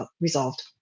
resolved